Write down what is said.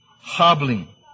hobbling